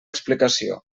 explicació